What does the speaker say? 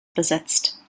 besetzt